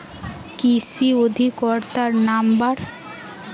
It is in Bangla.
কৃষি অধিকর্তার নাম্বার?